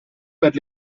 per